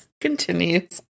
continues